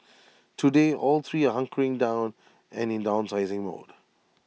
today all three are hunkering down and in downsizing mode